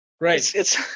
Right